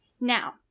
Now